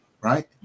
right